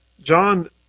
John